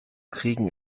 kriegen